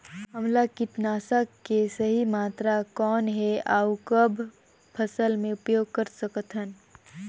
हमला कीटनाशक के सही मात्रा कौन हे अउ कब फसल मे उपयोग कर सकत हन?